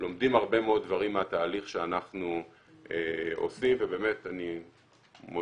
לומדים הרבה מאוד דברים מהתהליך שאנחנו עושים ובאמת אני מודה,